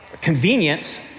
convenience